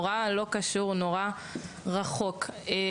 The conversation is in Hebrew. שמרגיש לא קשור ונורא רחוק מעולמם.